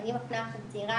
אם אני מפנה עכשיו צעירה,